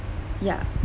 yeah